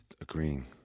agreeing